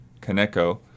Kaneko